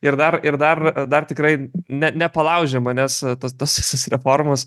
ir dar ir dar dar tikrai ne nepalaužė manęs tos tos visos reformos